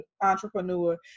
entrepreneur